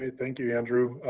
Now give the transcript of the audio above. ah thank you, andrew.